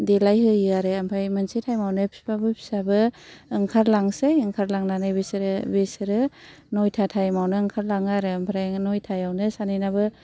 देलायहोयो आरो ओमफाय मोनसे टाइम आवनो फिफाबो फिसाबो ओंखारलांसै ओंखारलांनानै बिसोरो बिसोरो नयथा टाइम आवनो ओंखारलाङो आरो ओमफ्राय नयथायावनो सानैनाबो